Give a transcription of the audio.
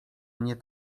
mnie